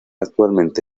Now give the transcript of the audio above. actualmente